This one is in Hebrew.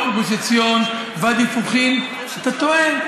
באזור גוש עציון, ואדי פוכין, אתה טועה.